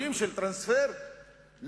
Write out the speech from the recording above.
אותם אנשים שדוגלים ברעיונות הזויים של טרנספר,